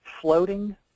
floating